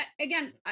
Again